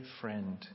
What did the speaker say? friend